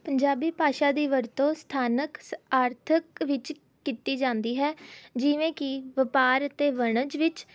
ਪੰਜਾਬੀ ਭਾਸ਼ਾ ਦੀ ਵਰਤੋਂ ਸਥਾਨਕ ਆਰਥਕ ਵਿੱਚ ਕੀਤੀ ਜਾਂਦੀ ਹੈ ਜਿਵੇਂ ਕਿ ਵਪਾਰ ਅਤੇ ਵਣਜ ਵਿੱਚ